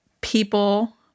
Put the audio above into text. people